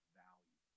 value